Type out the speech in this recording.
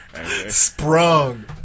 Sprung